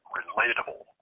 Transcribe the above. relatable